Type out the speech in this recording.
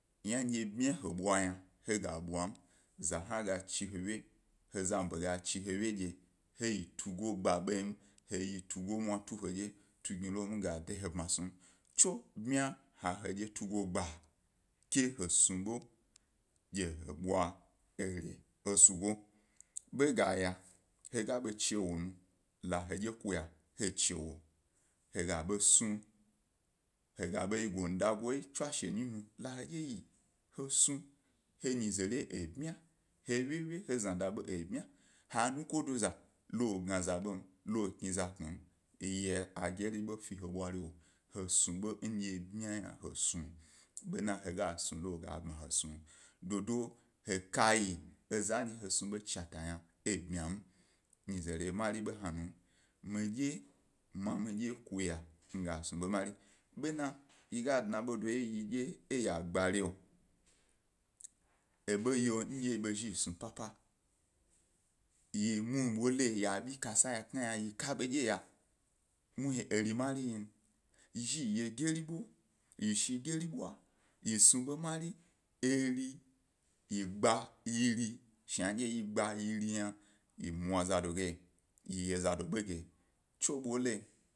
Yna ndye gmya he bwayna he ga bwani, za hna ga chi he wye, he zanḃe ga chi he wye dye he oyi tugo gba beyin he tugo mwamwa tu he dye tungnilo mi ga de he bansnusu, tso bmya he dye tugo gba, ke he snu ke he bwa ere esugo, ḃa gayie, he ga ḃa chiwo nu la he kuya he chi ewo, he ga ḃo snu, he ga bo yi onda goyi nu tswashe nyi nu la hedye ye, he snu he nyize re ebmya, he wyewye, he znada ḃo ebmya, he nukodo za, lo gna za ḃom, lo kniza kpmim, ye ageri ḃo fe he bwariyo he snu ḃo ndye bmya he snu yna bena he gas nu lo gab ma he snu, dodo he kai eza wo snu ḃo chatayna ebnyam, nyize re mari ḃo hna mi, midye, ma mi dy ku mi gas nu ḃo mari, ḃiona yi ga dna be do wye e ya gbari yo, e ḃo yon dye yi ḃo zhi yi snu pâpâ, ye muhni ya ḃi kasa ya knayna ya ka ḃo dye ya, muhni eri mari n, ya ḃo zhi yi ye a geri ḃo, yi shi geri ḃwa yi snu ḃo mari eri, yi gba yiri shna dye yi gbayiri yna yi mwa zadoge, yi ye zado ḃoge tso ḃonle.